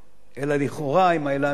אלא לכאורה עם ההילה המקצועית.